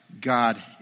God